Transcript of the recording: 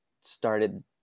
started